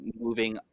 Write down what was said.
moving